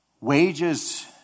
Wages